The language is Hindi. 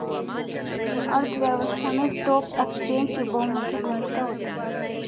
अर्थव्यवस्था में स्टॉक एक्सचेंज की बहुमुखी भूमिका होती है